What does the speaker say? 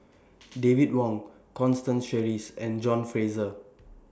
David Wong Constance Sheares and John Fraser